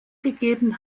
gegeben